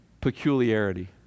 peculiarity